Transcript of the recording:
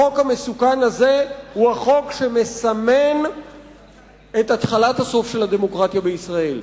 החוק המסוכן הזה הוא החוק שמסמן את התחלת הסוף של הדמוקרטיה בישראל.